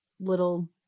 little